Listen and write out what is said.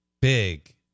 big